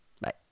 Bye